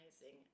amazing